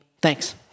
Thanks